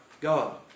God